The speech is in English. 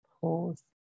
pause